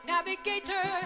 Navigator